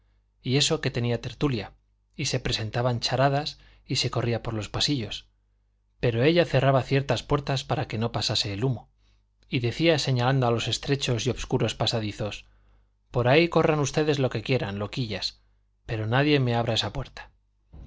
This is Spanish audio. y eso que tenía tertulia y se presentaban charadas y se corría por los pasillos pero ella cerraba ciertas puertas para que no pasase el humo y decía señalando a los estrechos y obscuros pasadizos por ahí corran ustedes lo que quieran loquillas pero nadie me abra esa puerta